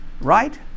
right